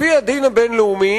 לפי הדין הבין-לאומי,